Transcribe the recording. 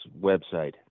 website